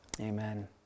Amen